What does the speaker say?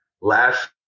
last